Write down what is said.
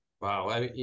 Wow